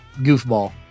goofball